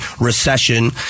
recession